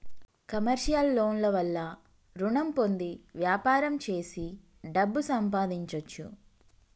commercial loan ల వల్ల రుణం పొంది వ్యాపారం చేసి డబ్బు సంపాదించొచ్చు